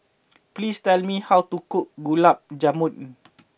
please tell me how to cook Gulab Jamun